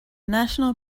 national